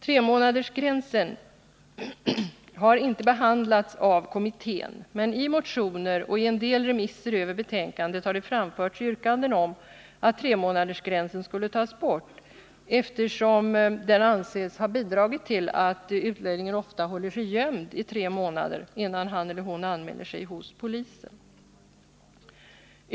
Tremånadersgränsen har inte behandlats av kommittén, men i motioner och i en del remisser över betänkandet har det framförts yrkanden om att tremånadersgränsen skulle tas bort, eftersom den anses ha bidragit till att utlänningen ofta håller sig gömd i tre månader, innan han eller hon anmäler sig hos polisen.